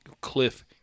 Cliff –